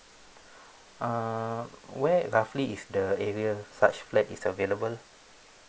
uh where roughly is the area such flat is available